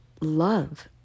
love